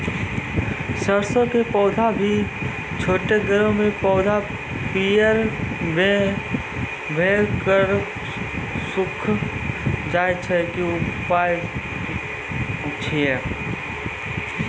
सरसों के पौधा भी छोटगरे मे पौधा पीयर भो कऽ सूख जाय छै, की उपाय छियै?